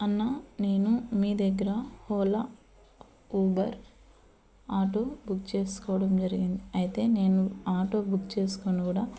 అన్నా నేను మీ దగ్గర ఓలా ఊబర్ ఆటో బుక్ చేసుకోవడం జరిగింది అయితే నేను ఆటో బుక్ చేసుకోని కూడా